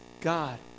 God